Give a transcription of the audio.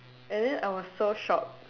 and then I was so shocked